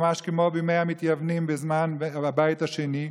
ממש כמו בימי המתייוונים בזמן הבית השני,